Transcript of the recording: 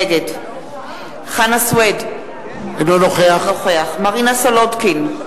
נגד חנא סוייד, אינו נוכח מרינה סולודקין,